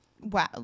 Wow